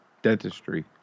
Dentistry